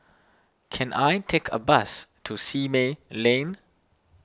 can I take a bus to Simei Lane